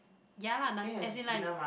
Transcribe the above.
ya lah like as in like